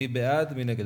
מי בעד?